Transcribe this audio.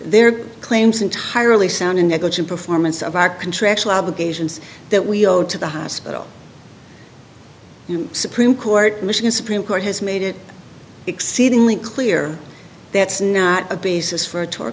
their claims entirely sound in the performance of our contractual obligations that we owe to the hospital supreme court michigan supreme court has made it exceedingly clear that's not a basis for